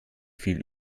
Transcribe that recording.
viel